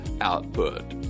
output